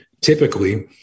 typically